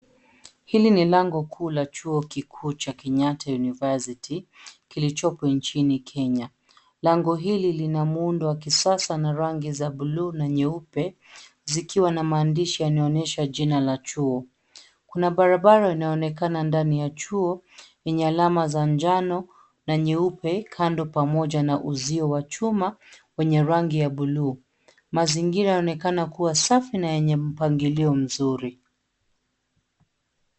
Hili ni lango kuu la chuo kikuu cha Kenyatta University, kilichopo nchini Kenya. Lango hili lina muundo wa kisasa na rangi za bluu na nyeupe, zikiwa na maandishi yanaonyesha jina la chuo. Kuna barabara inaonekana ndani ya chuo, yenye alama za njano na nyeupe kando pamoja na uzio wa chuma wenye rangi ya bluu. Mazingira yanaonekana kuwa safi na yenye mpangilio mzuri.